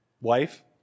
Wife